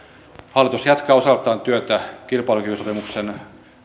hallitus jatkaa osaltaan työtä kilpailukykysopimuksen